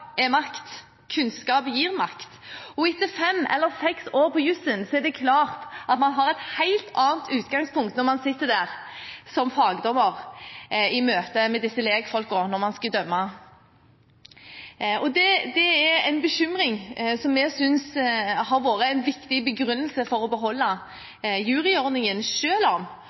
Kunnskap gir makt. Etter fem eller seks år på jusen er det klart at man har et helt annet utgangspunkt når man sitter der som fagdommer i møte med legfolkene når man skal dømme. Det er en bekymring som vi synes har vært en viktig begrunnelse for å beholde